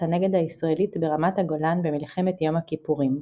הנגד הישראלית ברמת הגולן במלחמת יום הכיפורים.